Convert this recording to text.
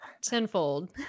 tenfold